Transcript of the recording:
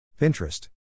Pinterest